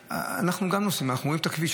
אנחנו גם נוסעים, אנחנו רואים את הכביש.